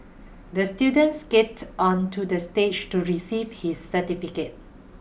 the student skated onto the stage to receive his certificate